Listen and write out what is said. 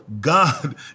God